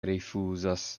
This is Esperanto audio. rifuzas